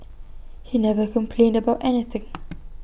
he never complained about anything